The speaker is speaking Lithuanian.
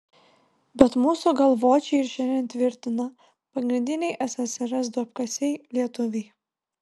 bet mūsų galvočiai ir šiandien tvirtina pagrindiniai ssrs duobkasiai lietuviai